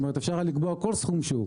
אפשר היה לקבוע כול סכום שהוא.